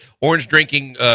orange-drinking